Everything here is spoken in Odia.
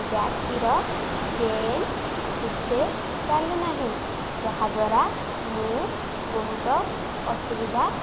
ବ୍ୟାଗ୍ଟିର ଚେନ୍ ଠିକ୍ସେ ଚାଲୁନାହିଁ ଯାହାଦ୍ୱାରା ମୁଁ ବହୁତ ଅସୁବିଧା